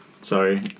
Sorry